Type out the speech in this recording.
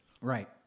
Right